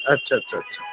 আচ্ছা আচ্ছা আচ্ছা